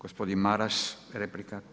Gospodin Maras, replika.